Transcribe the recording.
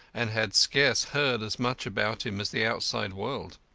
and had scarce heard as much about him as the outside world.